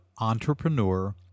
entrepreneur